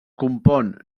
compon